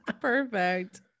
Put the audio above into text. Perfect